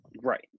Right